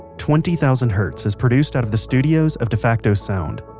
twenty thousand hertz is produced out of the studios of defacto sound,